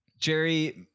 Jerry